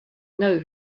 know